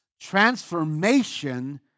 Transformation